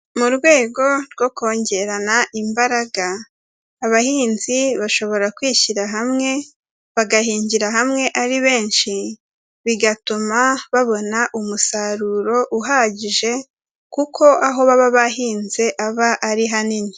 Mu rwego rwo kongererana imbaraga, abahinzi bashobora kwishyira hamwe bagahingira hamwe ari benshi, bigatuma babona umusaruro uhagije, kuko aho baba bahinze aba ari hanini.